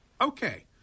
okay